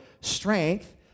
strength